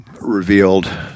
revealed